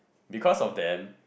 because of them